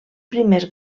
primers